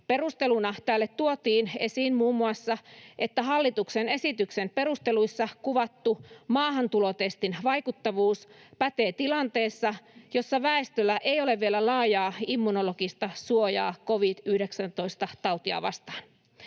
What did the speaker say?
Perusteluna tälle tuotiin esiin muun muassa, että hallituksen esityksen perusteluissa kuvattu maahantulotestin vaikuttavuus pätee tilanteessa, jossa väestöllä ei ole vielä laajaa immunologista suojaa covid-19-tautia vastaan.